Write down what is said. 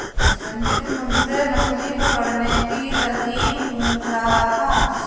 रंजित मुझसे मछली पकड़ने की तरकीब पूछ रहा था